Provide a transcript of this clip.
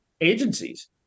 agencies